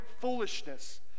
foolishness